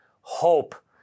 hope